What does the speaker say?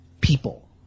people